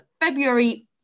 february